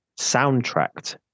soundtracked